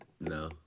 No